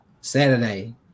Saturday